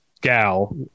gal